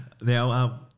Now